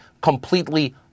completely